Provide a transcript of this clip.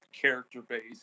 character-based